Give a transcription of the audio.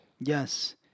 Yes